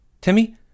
Timmy